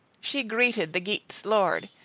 she greeted the geats' lord,